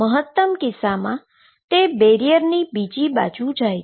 મહતમ કિસ્સામાં બેરીઅરની બીજી બાજુ જાય છે